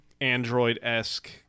android-esque